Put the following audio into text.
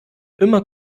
immer